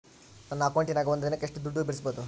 ನನ್ನ ಅಕೌಂಟಿನ್ಯಾಗ ಒಂದು ದಿನಕ್ಕ ಎಷ್ಟು ದುಡ್ಡು ಬಿಡಿಸಬಹುದು?